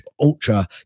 Ultra